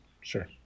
Sure